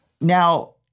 now